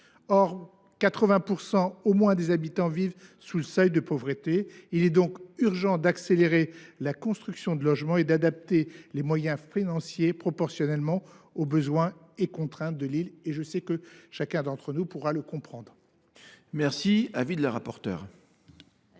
que 80 % au moins des habitants vivent sous le seuil de pauvreté. Il est donc urgent d’accélérer la construction de logements et d’adapter les moyens financiers proportionnellement aux besoins et aux contraintes de l’île. Je suis convaincu que chacun d’entre nous saura le comprendre.